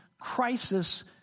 crisis